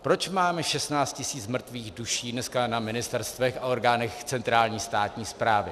Proč máme 16 tisíc mrtvých duší dneska na ministerstvech a orgánech centrální státní správy?